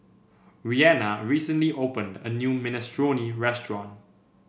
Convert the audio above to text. Reanna recently opened a new Minestrone restaurant